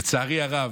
לצערי הרב,